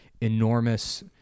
enormous